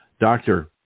doctor